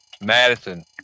Madison